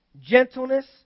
gentleness